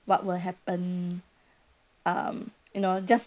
what will happen um you know just